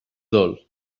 dol